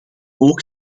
ook